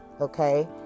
Okay